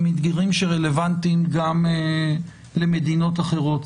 הם אתגרים שרלוונטיים גם למדינות אחרות.